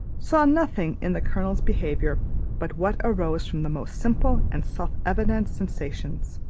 saw nothing in the colonel's behaviour but what arose from the most simple and self-evident sensations,